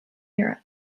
europe